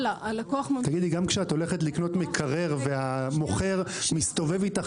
כשאת הולכת לקנות מקרר והמוכר מסתובב איתך